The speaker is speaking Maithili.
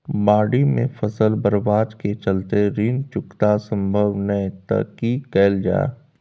बाढि में फसल बर्बाद के चलते ऋण चुकता सम्भव नय त की कैल जा?